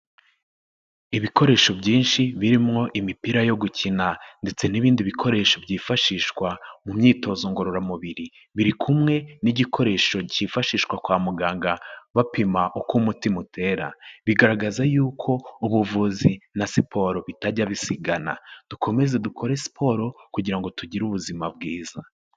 ibikoresho byinshi birimo imipira yo gukina ndetse n'ibindi bikoresho byifashishwa mu myitozo ngororamubiri, biri kumwe n'igikoresho cyifashishwa kwa muganga bapima uko umutima utera; bigaragaza yuko ubuvuzi na siporo bitajya bisigana, dukomeze dukore siporo kugirango tugire ubuzima bwiza.